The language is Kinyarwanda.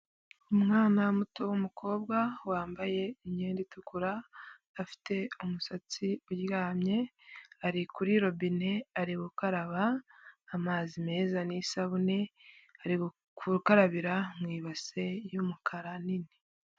Umwana muto w'umukobwa wambaye imyenda itukura, afite umusatsi uryamye, ari kuri robine ari gukaraba amazi meza n'isabune, ari gukarabira mu ibase y'umukara nini.